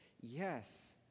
Yes